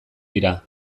dira